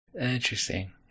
Interesting